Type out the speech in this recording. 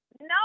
No